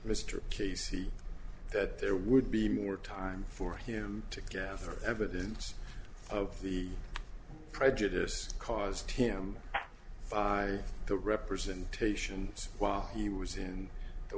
mr casey that there would be more time for him to gather evidence of the prejudice caused him by the representations while he was in the